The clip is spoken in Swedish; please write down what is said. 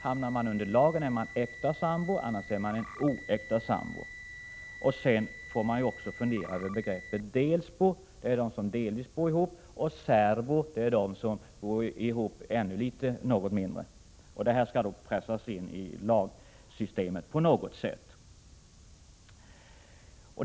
Hamnar man under lagen är man äkta sambo, annars är man en oäkta sambo. Dessutom måste man fundera över begreppen ”delsbo” — det är de som delvis bor ihop — och ”särbo” — det är de som bor ihop ännu något mindre. Dessa begrepp skall alltså pressas in i lagsystemet på något sätt.